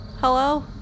Hello